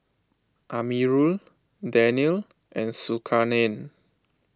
Amirul Daniel and Zulkarnain